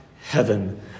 heaven